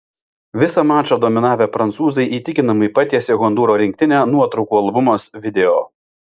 visą mačą dominavę prancūzai įtikinamai patiesė hondūro rinktinę nuotraukų albumas video